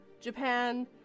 Japan